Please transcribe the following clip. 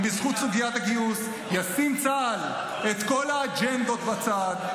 אם בזכות סוגיית הגיוס ישים צה"ל את כל האג'נדות בצד,